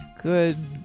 good